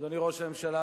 אדוני ראש הממשלה,